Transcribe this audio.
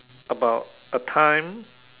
about a time